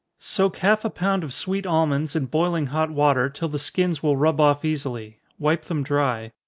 soak half a pound of sweet almonds in boiling hot water, till the skins will rub off easily wipe them dry.